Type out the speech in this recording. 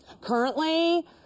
Currently